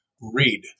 read